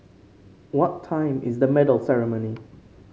what time is the medal ceremony